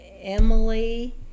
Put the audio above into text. Emily